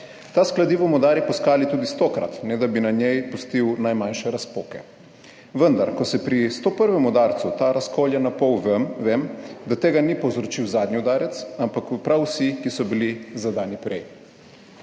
da s kladivom udari po skali tudi stokrat, ne da bi na njej pustil najmanjše razpoke. Vendar, ko se pri 101. udarcu ta razkolje napol, vem, da tega ni povzročil zadnji udarec, ampak prav vsi, ki so bili zadani prej."